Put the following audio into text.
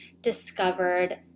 discovered